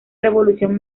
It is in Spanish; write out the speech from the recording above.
revolución